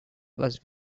was